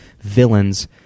villains